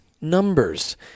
numbers